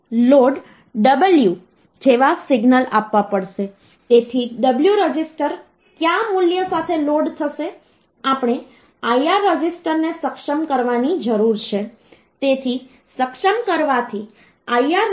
જો તમારી પાસે ડેસિમલ નંબર D માં સંખ્યા હોય અને જો તમારી પાસે અનુરૂપ બાઈનરી સંખ્યા B હોય તો ધારો કે આ સંખ્યાનું બાઈનરી રીપ્રેસનટેશન છે તો તમે ઓક્ટલ માટે શું કરી શકો છો